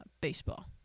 baseball